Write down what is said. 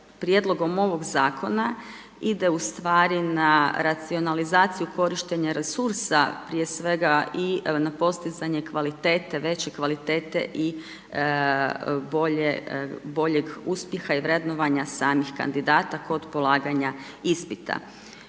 prijedlogom ovog zakona ide ustvari na racionalizaciju korištenje resursa prije svega i na postizanje kvalitete, veće kvalitete i boljeg uspjeha i vrednovanje samih kandidata kod polaganja ispita.